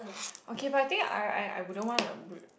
okay but I think I I I wouldn't wanna put